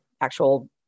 actual